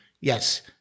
Yes